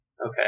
Okay